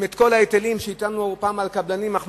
אם את כל ההיטלים שהטלנו פעם על קבלנים אנחנו